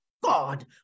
God